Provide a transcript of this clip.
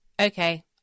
Okay